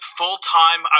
full-time